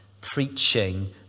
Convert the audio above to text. preaching